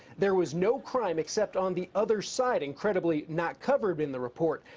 there was no crime except on the other side, incredibly not covered in the report,